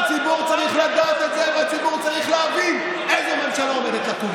הציבור צריך לדעת את זה והציבור צריך להבין איזו ממשלה עומדת לקום.